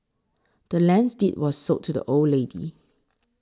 the land's deed was sold to the old lady